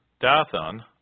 Dathan